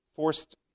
forced